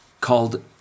called